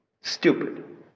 stupid